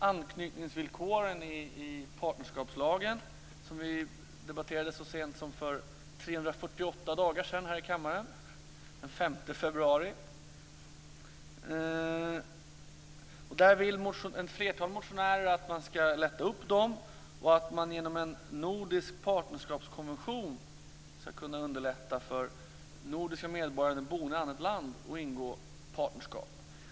Anknytningsvillkoren i partnerskapslagen debatterade vi så sent som för 348 dagar sedan här i kammaren, den 5 februari förra året. Ett flertal motionärer vill att villkoren skall lättas upp och att man genom en nordisk partnerskapskonvention skall kunna underlätta för nordiska medborgare, boende i annat land, att ingå partnerskap.